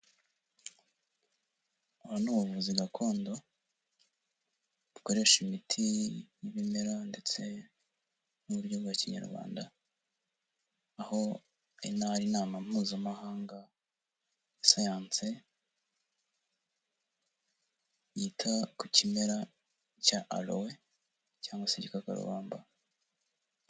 Aha ni ubuvuzi gakondo, bukoresha imiti y'ibimera ndetse n'uburyo bwa Kinyarwanda aho hari n’inama mpuzamahanga ya siyanse yita ku kimera cya ''aloe'' cyangwa se igikakarubamba.